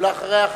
ואחריה,